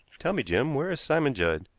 tell me, jim, where is simon judd?